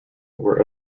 were